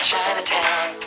Chinatown